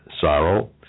Sorrow